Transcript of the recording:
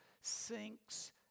sinks